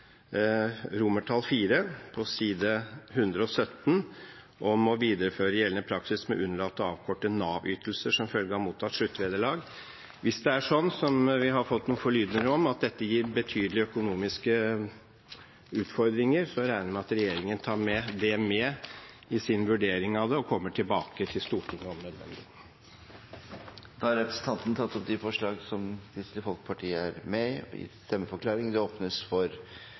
romertall IV, på side 117, om å videreføre gjeldende praksis med å unnlate å avkorte NAV-ytelser som følge av å motta sluttvederlag. Hvis det er sånn, som vi har fått noen forlydender om, at dette gir betydelige økonomiske utfordringer, regner jeg med at regjeringen tar det med i sin vurdering av det og kommer tilbake til Stortinget om nødvendig. Da har representanten Hans Olav Syversen tatt opp de forslagene Kristelig Folkeparti er med i. Det